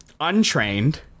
untrained